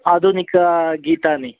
आधुनिकगीतानि